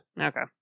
Okay